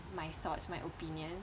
my thoughts my opinion